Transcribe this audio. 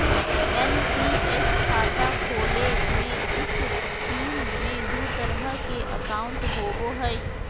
NPS खाता खोले में इस स्कीम में दू तरह के अकाउंट होबो हइ